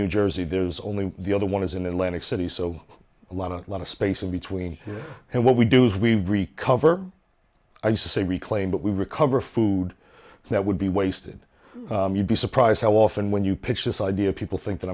new jersey there was only the other one is in atlantic city so a lot a lot of space in between and what we do is we cover i say reclaim but we recover food that would be wasted you'd be surprised how often when you pitch this idea people think that